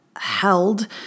held